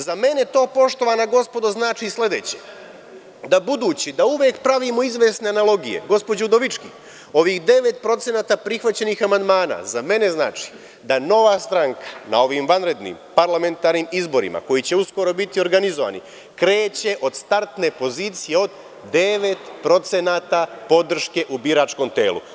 Za mene to, poštovana gospodo, znači sledeće, budući da uvek pravimo izvesne analogije, gospođo Udovički, ovih 9% prihvaćenih amandmana, da Nova stranka na ovim vanrednim parlamentarnim izborima koji će uskoro biti organizovani kreće od startne pozicije od 9% podrške u biračkom telu.